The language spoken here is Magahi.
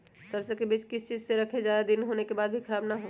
सरसो को किस चीज में रखे की ज्यादा दिन होने के बाद भी ख़राब ना हो?